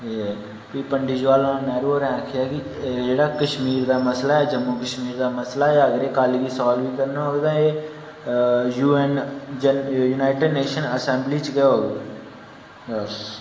भी पंडित जवाहर लाल नेहरू होरें आखेआ कि जेह्ड़ा कश्मीर दा मसला ऐ जम्मू कश्मीर दा मसला ऐ अगर एह् कल गी सॉल्व बी करना होग अ U N united nation assembly बिच गै होग